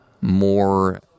more